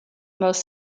most